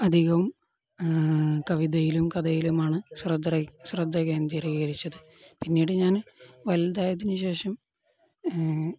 അധികവും കവിതയിലും കഥയിലുമാണു ശ്രദ്ധ കേന്ദ്രീകരിച്ചത് പിന്നീട് ഞാന് വലുതായതിനുശേഷം